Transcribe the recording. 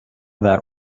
that